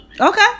Okay